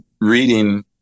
reading